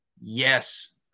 Yes